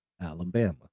Alabama